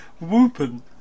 Whoopin